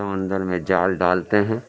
سمندر میں جال ڈالتے ہیں